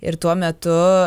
ir tuo metu